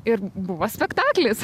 ir buvo spektaklis